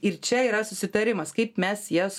ir čia yra susitarimas kaip mes jas